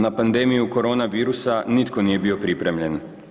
Na pandemiju korona virusa nitko nije bio pripremljen.